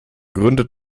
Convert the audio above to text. gründet